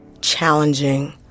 challenging